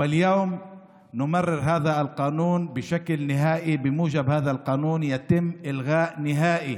והיום החוק הזה עובר באופן סופי.